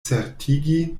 certigi